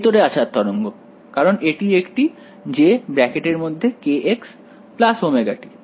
ভিতরে আসার তরঙ্গ কারণ এটি একটি jkx ωt সঠিক